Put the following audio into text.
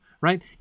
right